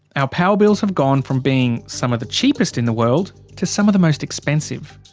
our power bills have gone from being some of the cheapest in the world, to some of the most expensive.